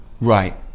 Right